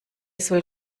soll